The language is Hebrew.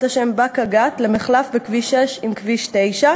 השם באקה-ג'ת למחלף בכביש 6 המתחבר עם כביש 9,